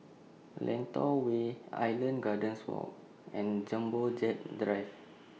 Lentor Way Island Gardens Walk and Jumbo Jet Drive